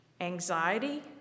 anxiety